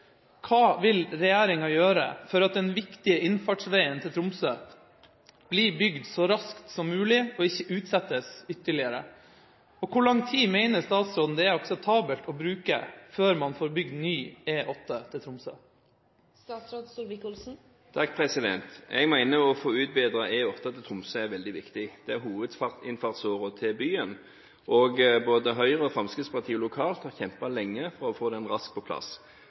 Hva vil regjeringa gjøre for at den viktige innfartsveien til Tromsø blir bygd så raskt som mulig og ikke utsettes ytterligere, og hvor lang tid mener statsråden det er akseptabelt å bruke før man får bygd ny E8 til Tromsø?» Jeg mener at å få utbedret E8 til Tromsø er veldig viktig. Det er hovedinnfartsåren til byen, og både Høyre og Fremskrittspartiet lokalt har kjempet lenge for å få den raskt på plass.